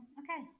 okay